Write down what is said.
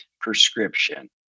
prescription